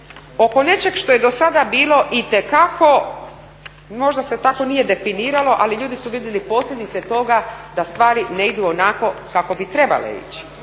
oko nečeg što je do sada bilo itekako, možda se tako nije definiralo ali ljudi su vidjeli posljedice toga da stvari ne idu onako kako bi trebale ići,